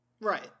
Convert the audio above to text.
Right